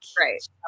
Right